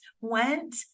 went